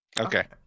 Okay